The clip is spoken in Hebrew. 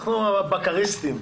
אנחנו הבקריסטים.